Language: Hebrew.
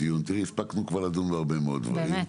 הפסקנו כבר לדון בהרבה מאוד דברים,